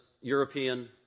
European